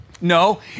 No